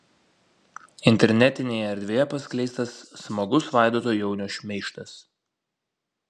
internetinėje erdvėje paskleistas smagus vaidoto jaunio šmeižtas